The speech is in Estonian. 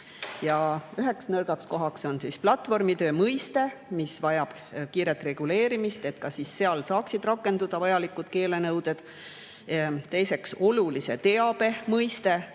Üheks nõrgaks kohaks on platvormitöö mõiste, mis vajab kiiret reguleerimist, et seal saaksid rakenduda vajalikud keelenõuded. Teiseks, olulise teabe mõiste.